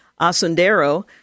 Asundero